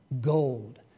gold